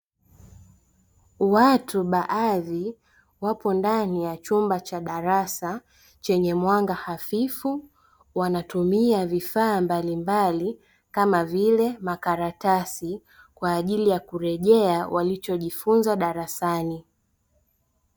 Watu baadhi wapo ndani ya chumba cha darasa chenye mwanga hafifu wanatumia vifaa mbalimbali kama vile makaratasi kwaajili ya kurejea walichojifunza darasani.